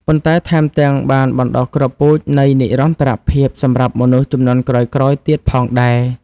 ប៉ុន្តែថែមទាំងបានបណ្ដុះគ្រាប់ពូជនៃនិរន្តរភាពសម្រាប់មនុស្សជំនាន់ក្រោយៗទៀតផងដែរ។